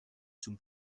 zum